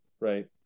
right